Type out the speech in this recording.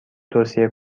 توصیه